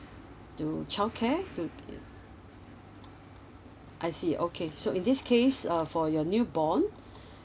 to childcare to I see okay so in this case uh for your newborn